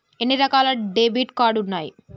ఎన్ని రకాల debit card ఉన్నాయి?